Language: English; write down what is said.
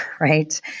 right